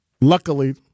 luckily